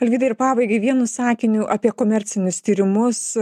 alvydai ir pabaigai vienu sakiniu apie komercinius tyrimus